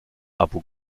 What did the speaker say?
abu